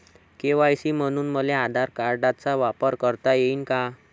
KYC म्हनून मले आधार कार्डाचा वापर करता येईन का?